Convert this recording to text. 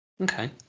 okay